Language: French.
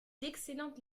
d’excellentes